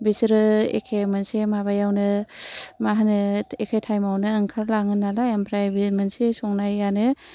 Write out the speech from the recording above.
बेसोरो एखे मोनसे माबायावनो मा होनो एखे टाइम आवनो ओंखारलाङो नालाय ओमफ्राय बे मोनसे संनायानो